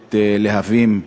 בצומת להבים,